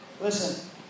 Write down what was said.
listen